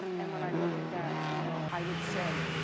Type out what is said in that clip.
and when i look at that, you know i would say,